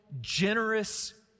generous